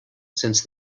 since